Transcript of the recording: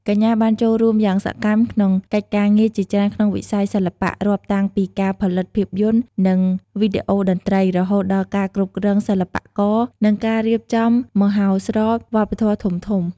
កញ្ញាបានចូលរួមយ៉ាងសកម្មក្នុងកិច្ចការងារជាច្រើនក្នុងវិស័យសិល្បៈ រាប់តាំងពីការផលិតភាពយន្ត និងវីដេអូតន្ត្រី រហូតដល់ការគ្រប់គ្រងសិល្បករ និងការរៀបចំមហោស្រពវប្បធម៌ធំៗ។